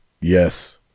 yes